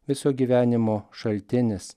viso gyvenimo šaltinis